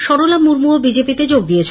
সরলা মুর্মূও বিজেপি তে যোগ দিয়েছেন